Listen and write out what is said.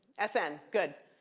ah sn, good.